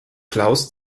klaus